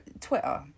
Twitter